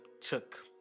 took